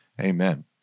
Amen